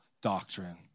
doctrine